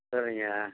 சரிங்க